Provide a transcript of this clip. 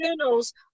journals